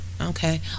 Okay